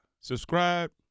Subscribe